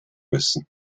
müssen